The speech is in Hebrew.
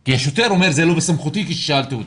כי השוטר אומר, זה לא בסמכותי כששאלתי אותו.